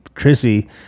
Chrissy